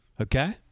Okay